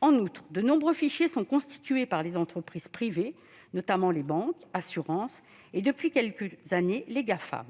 En outre, de nombreux fichiers sont constitués par les entreprises privées, notamment les banques, les compagnies d'assurances et, depuis quelques années, les Gafam.